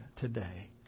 today